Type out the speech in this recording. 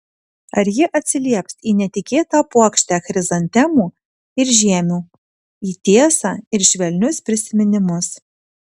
ar ji atsilieps į netikėtą puokštę chrizantemų ir žiemių į tiesą ir švelnius prisiminimus